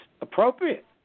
appropriate